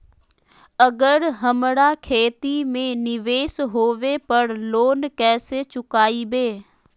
अगर हमरा खेती में निवेस होवे पर लोन कैसे चुकाइबे?